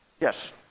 Yes